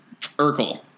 Urkel